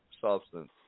substance